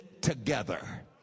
together